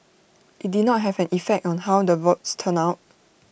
IT did not have an effect on how the votes turned out